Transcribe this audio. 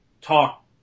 talk